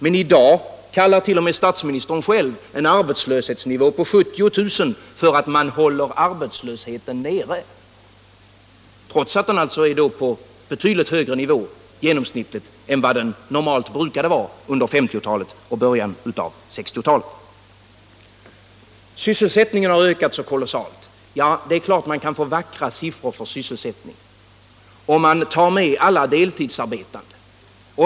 Men i dag kallar t.o.m. statsministern själv en arbetslöshetsnivå på 70 000 för att man håller arbetslösheten nere. Det gör han trots att genomsnittet ligger på en betydligt högre nivå än den normalt brukade göra under 1950-talet och början av 1960-talet. Sysselsättningen har ökat så kolossalt! Ja det är klart att man kan Allmänpolitisk debatt Allmänpolitisk debatt få vackra siffror över syselsättningen om man tar med alla deltidsarbetande.